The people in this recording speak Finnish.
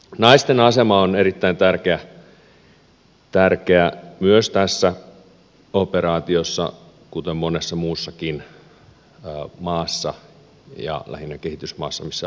naisten asema on erittäin tärkeä myös tässä operaatiossa kuten monessa muussakin maassa lähinnä kehitysmaissa missä ongelmia on